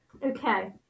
Okay